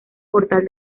portal